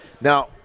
Now